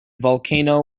volcano